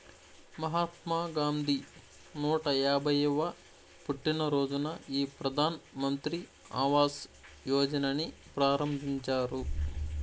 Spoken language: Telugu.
మహాత్మా గాంధీ నూట యాభైయ్యవ పుట్టినరోజున ఈ ప్రధాన్ మంత్రి ఆవాస్ యోజనని ప్రారంభించారు